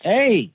Hey